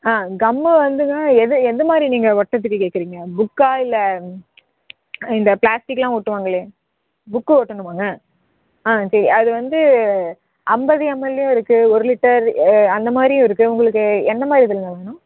ஆ gum வந்துங்க எது எந்த மாதிரி நீங்கள் ஒட்டுறதுக்கு கேட்கறீங்க புக்கா இல்லை இந்த ப்ளாஸ்டிக்கெல்லாம் ஒட்டுவாங்கலே புக்கை ஒட்டணுமாங்க ஆ சரி அது வந்து ஐம்பது எம்எல்லேயும் இருக்குது ஒரு லிட்டர் அந்த மாதிரியும் இருக்குது உங்களுக்கு எந்த மாதிரி இதுலேங்க வேணும்